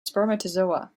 spermatozoa